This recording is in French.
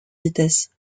vitesse